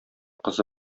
кызы